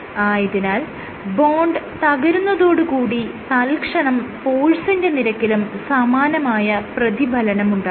ആയതിനാൽ ബോണ്ട് തകരുന്നതോടുകൂടി തൽക്ഷണം ഫോഴ്സിന്റെ നിരക്കിലും സമാനമായ പ്രതിഫലനമുണ്ടാകുന്നു